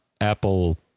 Apple